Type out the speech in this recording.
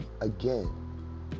again